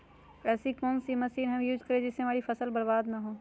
ऐसी कौन सी मशीन हम यूज करें जिससे हमारी फसल बर्बाद ना हो?